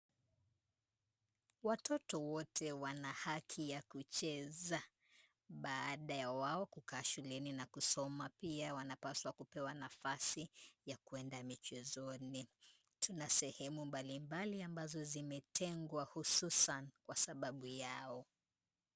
Watoto wote wana haki ya kucheza, baada ya wao kukaa shuleni na kusoma pia wanapaswa kupewa nafasi ya kuenda michezoni. Tuna sehemu mbalimbali ambazo zimetengwa hususan kwa sababu yao.